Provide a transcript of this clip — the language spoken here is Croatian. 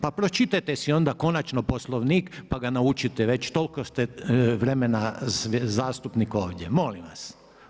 Pa pročitajte si onda konačno Poslovnik pa ga naučite već toliko ste vremena zastupnik ovdje, molim vas.